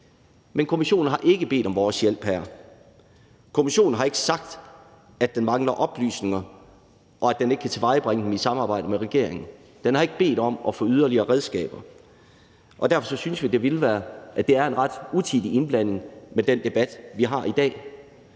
Men kommissionen har ikke bedt om vores hjælp her. Kommissionen har ikke sagt, at den mangler oplysninger, og at den ikke kan tilvejebringe dem i samarbejde med regeringen. Den har ikke bedt om at få yderligere redskaber. Derfor synes vi, at det er en ret utidig indblanding med den debat, vi har i dag.